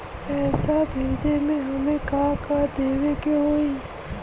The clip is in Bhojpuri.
पैसा भेजे में हमे का का देवे के होई?